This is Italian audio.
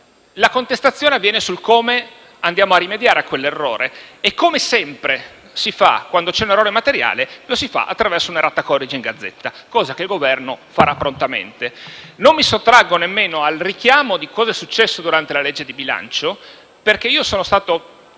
la contestazione avviene sul come andiamo a rimediare a quell'errore, e, come sempre si fa quando c'è un errore materiale, lo si fa attraverso un *errata corrige* in Gazzetta, cosa che il Governo farà prontamente. Non mi sottraggo nemmeno al richiamo di cosa è successo durante la legge di bilancio perché io sono stato